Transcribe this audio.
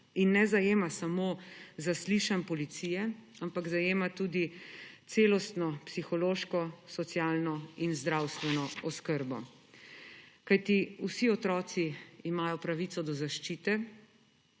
in ne zajema samo zaslišanj policije, ampak se zajema tudi celostno psihološko, socialno in zdravstveno oskrbo, kajti vsi otroci imajo pravico do zaščite